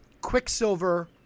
Quicksilver